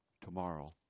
tomorrow